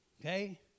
Okay